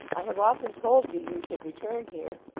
i have often told you, you should return here.